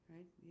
Right